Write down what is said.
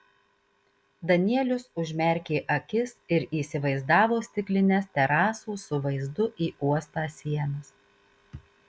danielius užmerkė akis ir įsivaizdavo stiklines terasų su vaizdu į uostą sienas